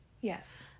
Yes